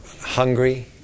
hungry